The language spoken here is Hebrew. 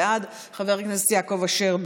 בעד, חבר הכנסת יעקב אשר,